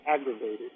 aggravated